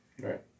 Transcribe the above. Right